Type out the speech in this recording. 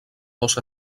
dos